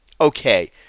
okay